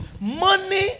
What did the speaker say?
money